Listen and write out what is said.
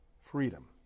freedom